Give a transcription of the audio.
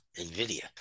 NVIDIA